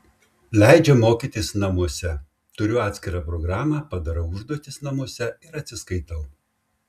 leidžia mokytis namuose turiu atskirą programą padarau užduotis namuose ir atsiskaitau